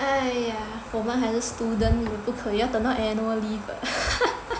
!aiya! 我们还是 student 不可以要等到 annual leave ah